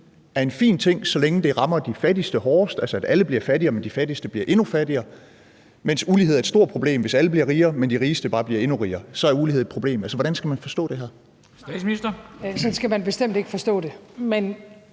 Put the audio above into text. er en fin ting, så længe det rammer de fattigste hårdest, altså at alle bliver fattigere, men at de fattigste bliver endnu fattigere, mens ulighed er et stort problem, hvis alle bliver rigere, men de rigeste bare bliver endnu rigere, altså at så er ulighed et problem. Altså, hvordan skal man forstå det her? Kl. 13:58 Formanden (Henrik Dam